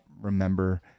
remember